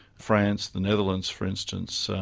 france, the netherlands, for instance.